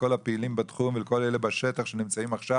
לכל הפעילים בתחום ולכל אלה בשטח שנמצאים עכשיו